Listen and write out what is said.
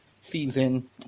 season